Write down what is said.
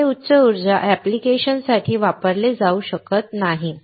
म्हणजेच ते उच्च उर्जा ऍप्लिकेशन्ससाठी वापरले जाऊ शकत नाही